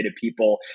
people